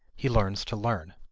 he learns to learn.